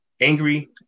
angry